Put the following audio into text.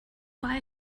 why